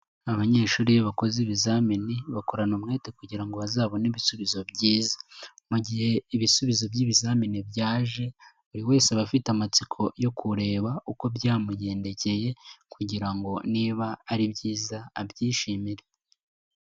Abanyeshuri iyo bakoze ibizamini bakorana umwete kugira ngo bazabone ibisubizo byiza, mu gihe ibisubizo by'ibizamini byaje buri wese aba afite amatsiko yo kureba uko byamugendekeye kugira ngo niba ari byiza abyishimire.